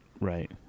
Right